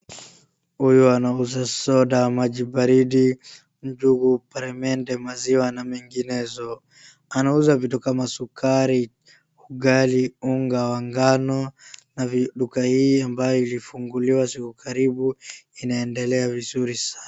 Huyu anauza soda, maji baridi, njugu, peremende, maziwa na menginezo, anauza vitu kama sukari, ugali, unga wa ngano, na duka hii ambayo ilifunguliwa siku karibu inaendelea vizuri sana.